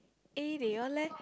A they all leh